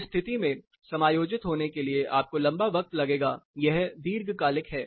इस स्थिति में समायोजित होने के लिए आपको लंबा वक्त लगेगा यह दीर्घकालिक है